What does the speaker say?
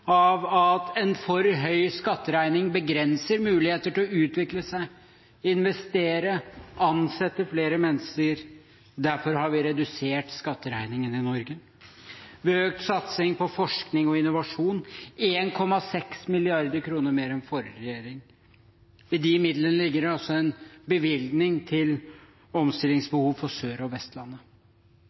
av at en for høy skatteregning begrenser muligheter til å utvikle seg, investere og ansette flere mennesker. Derfor har vi redusert skatteregningene i Norge. Vi har økt satsing på forskning og innovasjon: 1,6 mrd. kr mer enn forrige regjering. I disse midlene ligger det også en bevilgning til omstillingsbehov for Sørlandet og Vestlandet.